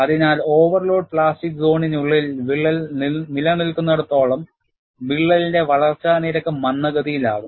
അതിനാൽ overload plastic സോണിനുള്ളിൽ വിള്ളൽ നിലനിൽക്കുന്നിടത്തോളം വിള്ളലിന്റെ വളർച്ചാ നിരക്ക് മന്ദഗതിയിലാകും